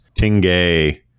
Tingay